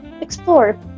explore